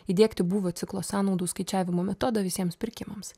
įdiegti buvo ciklo sąnaudų skaičiavimo metodą visiems pirkimams